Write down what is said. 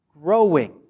growing